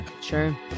Sure